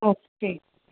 okay